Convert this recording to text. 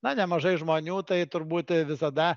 na nemažai žmonių tai turbūt visada